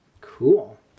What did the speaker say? Cool